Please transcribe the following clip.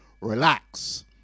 Relax